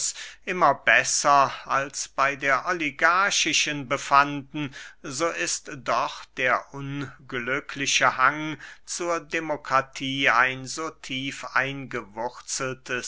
immer besser als bey der oligarchischen befanden so ist doch der unglückliche hang zur demokratie ein